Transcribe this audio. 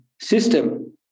system